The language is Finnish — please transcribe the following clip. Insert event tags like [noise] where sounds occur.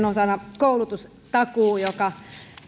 [unintelligible] osana koulutustakuu joka